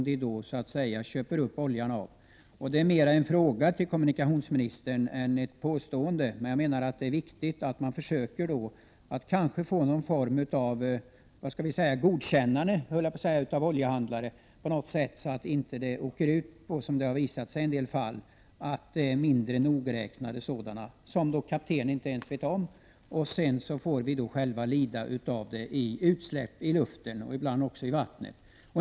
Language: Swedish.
Detta är mera ett påstående än en fråga till kommunikationsministern, men jag menar att det är viktigt att man försöker få någon form av godkännande, så att säga, av oljehandlare, så att man inte — som det har visat sigi en del fall — köper olja av mindre nogräknade oljehandlare, som inte ens kaptenen känner till. Vi får sedan lida av detta i form av utsläpp i luften och ibland också i vattnet.